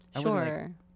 sure